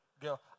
girl